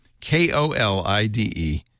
K-O-L-I-D-E